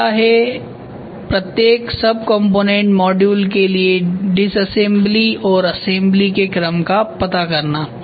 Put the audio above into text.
अगला है प्रत्येक सबकॉम्पोनेंट मॉड्यूल के लिए डिसअसेम्बली और असेम्बली के क्रम का पता करना